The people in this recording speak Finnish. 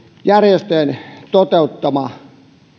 järjestöjen toteuttama